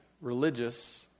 religious